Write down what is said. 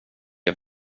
jag